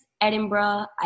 Edinburgh